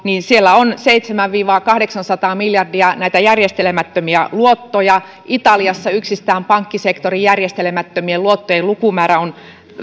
on seitsemänsataa viiva kahdeksansataa miljardia näitä järjestelemättömiä luottoja italiassa yksistään pankkisektorin järjestelemättömien luottojen